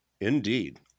Indeed